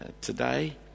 Today